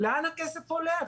לאן הכסף הולך.